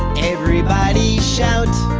everybody shout!